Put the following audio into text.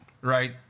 right